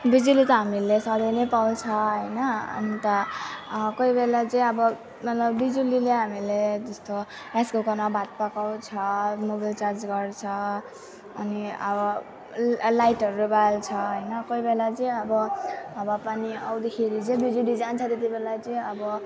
बिजुली त हामीले सधैँ नै पाउँछ होइन अन्त कोही बेला चाहिँ अब अन्त बिजुलीले हामीलाई जस्तो राइस कुकरमा भात पकाउँछ मोबाइल चार्ज गर्छ अनि अब ला लाइटहरू बाल्छ होइन कोही बेला चाहिँ अब हावापानी आउँदाखेरि चाहिँ बिजुली जान्छ त्यति बेला चाहिँ अब